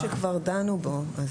זה סעיף שכבר דנו בו.